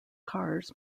cars